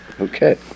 Okay